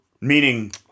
meaning